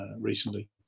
recently